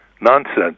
nonsense